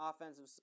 offensive